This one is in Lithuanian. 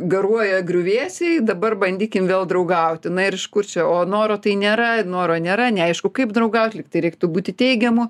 garuoja griuvėsiai dabar bandykim vėl draugauti na ir iš kur čia o noro tai nėra noro nėra neaišku kaip draugaut lygtai reiktų būti teigiamu